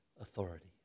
authority